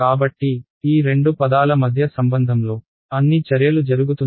కాబట్టి ఈ రెండు పదాల మధ్య సంబంధంలో అన్ని చర్యలు జరుగుతున్నాయి